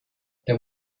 there